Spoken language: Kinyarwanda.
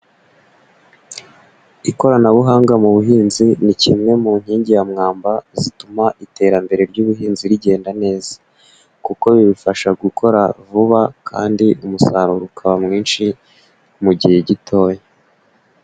Ikoranabuhanga mu buhinzi ni kimwe mu nkingi ya mwamba zituma iterambere ry'ubuhinzi rigenda neza, kuko bibafasha gukora vuba kandi umusaruro ukaba mwinshi, mu gihe gitoya.